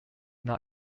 not